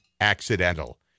Accidental